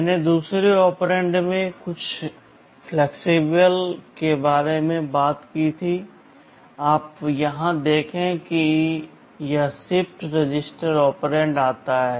मैंने दूसरे ऑपरेंड में कुछ लचीलेपन के बारे में बात की है आप यहां देखें कि यह शिफ्ट रजिस्टर ऑपरेंड आता है